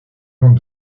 vente